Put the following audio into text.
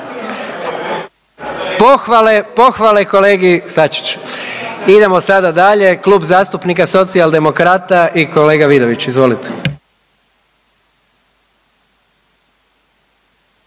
Pohvale, pohvale kolegi Sačiću. Idemo sada dalje, Klub zastupnika Socijaldemokrata i kolega Vidović, izvolite.